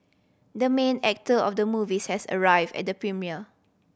the main actor of the movie says arrived at the premiere